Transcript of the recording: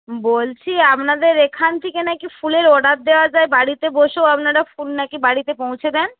বলছি আপনাদের এখান থেকে নাকি ফুলের অর্ডার দেওয়া যায় বাড়িতে বসেও আপনারা ফুল নাকি বাড়িতে পৌঁছে দেন